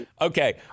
Okay